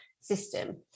system